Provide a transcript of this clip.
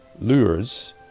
lures